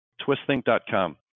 Twistthink.com